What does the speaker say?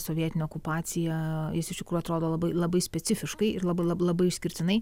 sovietinę okupaciją jis iš tikrųjų atrodo labai labai specifiškai ir labai labai išskirtinai